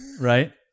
Right